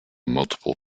multiple